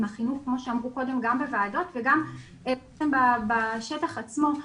החינוך כמו שאמרו קודם גם בוועדות וגם בשטח עצמו.